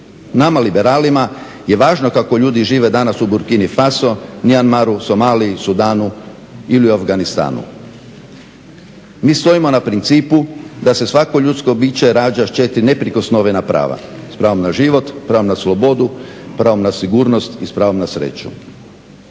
Nama liberalima je važno kako ljudi žive danas u Burkini Faso, Mianmaru, Somaliji, Sudanu ili u Afganistanu. Mi stojimo na principu da se svako ljudsko biće rađa s četiri neprikosnovena prava: pravo na život, pravo na slobodu, pravo na sigurnost i s pravom na sreću.